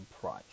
price